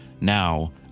Now